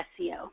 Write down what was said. SEO